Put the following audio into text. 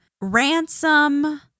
ransom